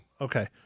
Okay